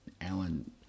Alan